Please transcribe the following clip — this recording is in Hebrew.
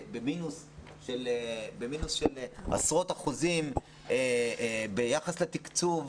במינוס של עשרות אחוזים ביחס לתקצוב.